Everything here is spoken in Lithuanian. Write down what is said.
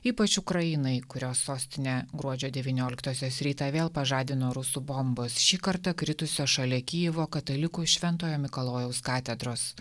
ypač ukrainai kurios sostinę gruodžio devynioliktosios rytą vėl pažadino rusų bombos šį kartą kritusios šalia kijevo katalikų šventojo mikalojaus katedros